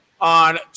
on